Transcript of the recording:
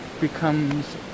becomes